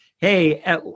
hey